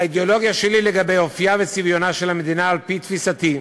על האידיאולוגיה שלי לגבי אופייה וצביונה של המדינה על-פי תפיסתי.